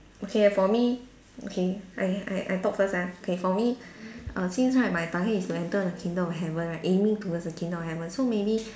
okay ah for me okay I I I talk first ah okay for me err since right my target is to enter the kingdom of heaven right aiming towards the kingdom of heaven so maybe